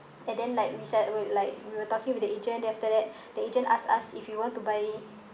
and then like we set we're like we were talking with the agent then after that the agent ask us if you want to buy